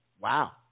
Wow